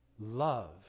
Love